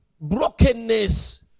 brokenness